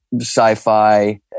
sci-fi